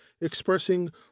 expressing